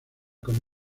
con